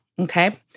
okay